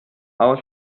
aus